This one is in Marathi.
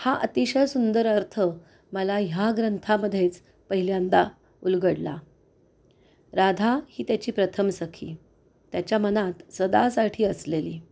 हा अतिशय सुंदर अर्थ मला ह्या ग्रंथामध्येच पहिल्यांदा उलगडला राधा ही त्याची प्रथम सखी त्याच्या मनात सदासाठी असलेली